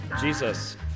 Jesus